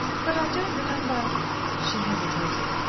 but i don't remember she hesitated.